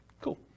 cool